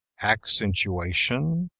accentuation,